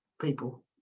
people